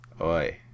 Oi